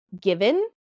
given